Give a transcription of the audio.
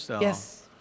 Yes